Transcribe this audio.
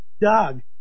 Doug